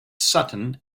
sutton